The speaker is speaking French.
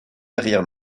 derrière